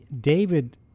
David